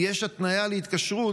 יש התניה להתקשרות,